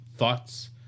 Thoughts